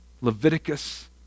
Leviticus